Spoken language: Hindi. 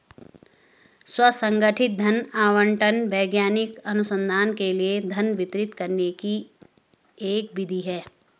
स्व संगठित धन आवंटन वैज्ञानिक अनुसंधान के लिए धन वितरित करने की एक विधि है